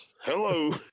hello